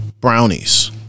brownies